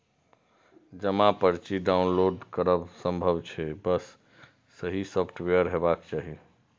जमा पर्ची डॉउनलोड करब संभव छै, बस सही सॉफ्टवेयर हेबाक चाही